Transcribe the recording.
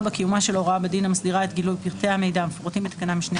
קיומה של הוראה בדין המסדירה את גילוי פרטי המידע מהפורטים בתקנת משנה